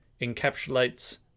encapsulates